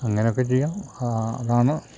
അങ്ങനൊക്കെ ചെയ്യാം അതാണ്